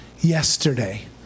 Yesterday